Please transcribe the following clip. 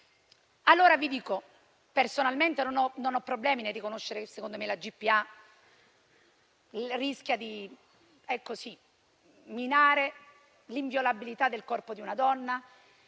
Vi dico che personalmente non ho problemi a riconoscere che, secondo me, la GPA rischia di minare l'inviolabilità del corpo di una donna.